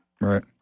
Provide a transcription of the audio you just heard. Right